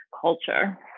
culture